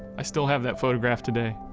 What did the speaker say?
i still have that photograph today.